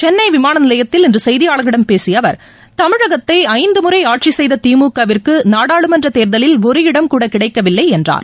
சென்னைவிமானநிலையத்தில் இன்றசெய்தியாளர்களிடம் பேசியஅவர் தமிழகத்தைஐந்துமுறைஆட்சிசெய்ததிமுகவிற்குநாடாளுமன்றதேர்தலில் டுடம் கூட ஒரு கிடைக்கவில்லைஎன்றார்